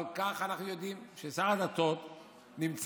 אבל ככה אנחנו יודעים ששר הדתות נמצא